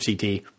CT